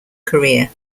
career